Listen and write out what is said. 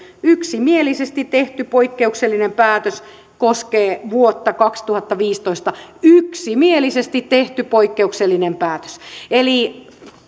yksimielisesti tehty poikkeuksellinen päätös koskee vuotta kaksituhattaviisitoista yksimielisesti tehty poikkeuksellinen päätös eli